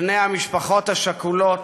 בני המשפחות השכולות,